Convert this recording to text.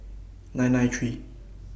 nine nine three